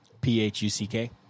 P-H-U-C-K